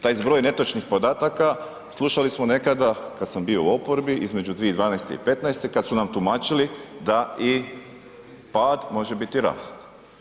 Taj zbroj netočnih podataka slušali smo nekada kad sam bio u oporbi, između 2012. i 2015., kad su nam tumačili da i pad može biti rast.